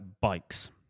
bikes